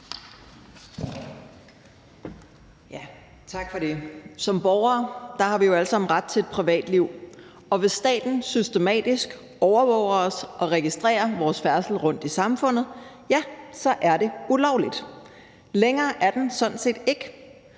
Som borgere har vi jo alle sammen ret til et privatliv, og hvis staten systematisk overvåger os og registrerer vores færdsel rundt i samfundet, ja, så er det ulovligt. Længere er den sådan set ikke,